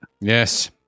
Yes